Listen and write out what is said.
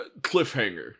cliffhanger